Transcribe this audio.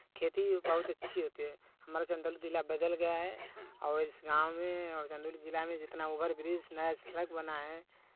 खेती बहुत अच्छी होती है हमारा चंदौली जिला अब बदल गया है और इस गाँव में और चंदौली जिला में जितना ओवर ब्रिज़ नया सड़क बना है